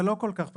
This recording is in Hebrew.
זה לא כל כך פשוט.